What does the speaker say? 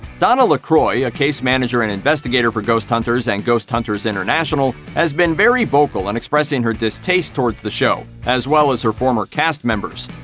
donna lacroix, a case manager and investigator for ghost hunters and ghost hunters international, has been very vocal in and expressing her distaste towards the show, as well as her former cast members.